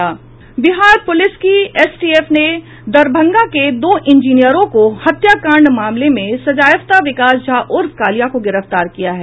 Bihar police की एसटीएफ ने दरभंगा के दो इंजीनियरों के हत्याकांड मामले में सजायाफ्ता विकास झा उर्फ कालिया को गिरफ्तार किया है